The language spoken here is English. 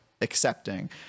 accepting